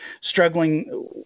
struggling